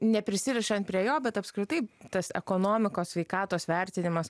neprisirišant prie jo bet apskritai tas ekonomikos sveikatos vertinimas